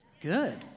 Good